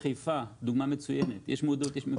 בחיפה, דוגמה מצוינת, יש מודעות ויש ביצוע.